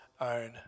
own